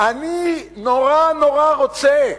אני נורא נורא רוצה,